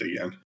again